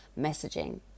messaging